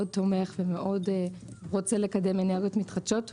תומך ורוצה לקדם אנרגיות מתחדשות,